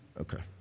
Okay